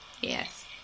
yes